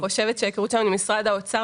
אני חושבת שההיכרות שלנו עם משרד האוצר